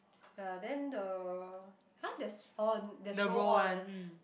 ya then the !huh! there's on there's roll on one